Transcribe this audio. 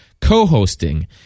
co-hosting